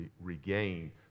regain